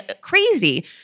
crazy